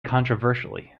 controversially